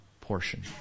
portion